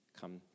come